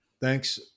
Thanks